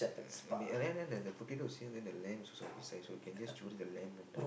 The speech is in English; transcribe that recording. uh and then there's the potato is here then the lamb is also beside so we can just choose the lamb from there